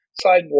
sidewalk